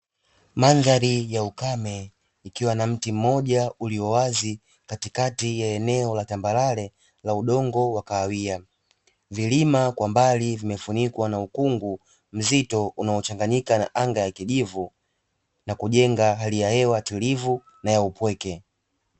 Mandhari ya ukame kukiwa na mti mmoja ulio wazi katikati ya eneo la tambarare la udongo wa kahawia, vilima kwa mbali vimefunikwa kwa ukungu mzito unaochanganyika na anga la kijivu, na kujenga hali ya hewa tulivu na upweke.